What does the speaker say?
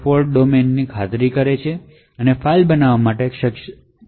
fault domain file બનાવવા માટેની ક્ષમતા ધરાવે છે તે ખાતરી કરે છે